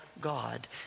God